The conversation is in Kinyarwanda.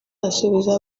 asubiza